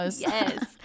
Yes